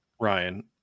Ryan